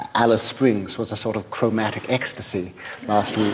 alice springs was a sort of chromatic ecstasy last week.